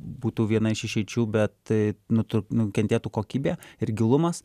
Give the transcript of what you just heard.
būtų viena iš išeičių bet nu tu nukentėtų kokybė ir gilumas